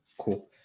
Cool